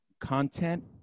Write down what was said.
content